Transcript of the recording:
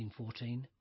1914